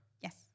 Yes